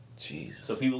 Jesus